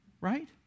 right